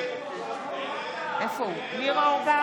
נגד אתה עובד